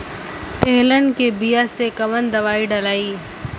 तेलहन के बिया मे कवन दवाई डलाई?